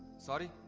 sorry.